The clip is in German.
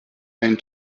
ein